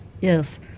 Yes